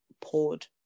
poured